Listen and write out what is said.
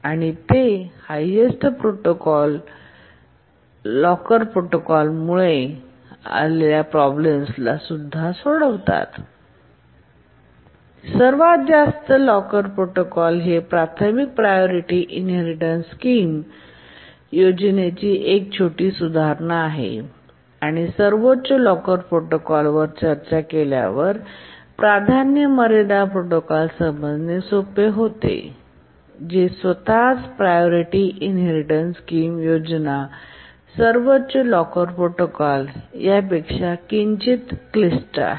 आणि ते highest locker protocol मुळे आलेल्या प्रॉब्लेम्सला सुद्धा सोडवतात सर्वात जास्त लॉकर प्रोटोकॉल ही प्राथमिक प्रायोरिटी इनहेरिटेन्स स्कीम योजनेची एक छोटी सुधारणा आहे आणि सर्वोच्च लॉकर प्रोटोकॉलवर चर्चा केल्यावर प्राधान्य मर्यादा प्रोटोकॉल समजणे सोपे होते जे स्वतःच प्रायोरिटी इनहेरिटेन्स स्कीम योजना आणि सर्वोच्च लॉकर प्रोटोकॉल यापेक्षा किंचित क्लिष्ट आहे